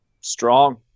Strong